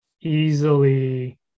easily